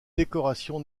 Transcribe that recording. décoration